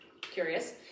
Curious